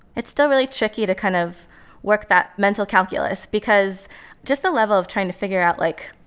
it's still really tricky to kind of work that mental calculus because just the level of trying to figure out, like,